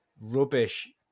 rubbish